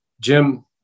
Jim